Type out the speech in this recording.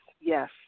yes